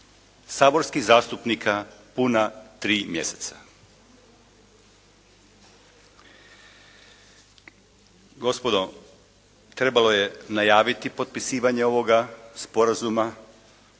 saborskih zastupnika puna tri mjeseca. Gospodo trebalo je najaviti potpisivanje ovoga sporazuma,